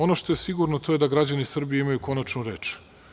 Ono što je sigurno da građani Srbije imaju konačnu reč.